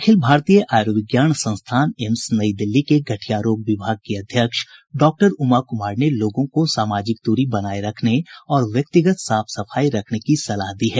अखिल भारतीय आयुर्विज्ञान संस्थान एम्स नई दिल्ली के गठिया रोग विभाग की अध्यक्ष डॉक्टर उमा कुमार ने लोगों को सामाजिक दूरी बनाए रखने और व्यक्तिगत साफ सफाई रखने की सलाह दी है